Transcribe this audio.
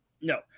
No